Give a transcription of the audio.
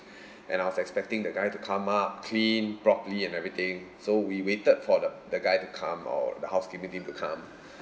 and I was expecting the guy to come up clean properly and everything so we waited for the the guy to come or the housekeeping team to come